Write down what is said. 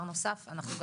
שתיים,